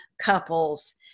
couples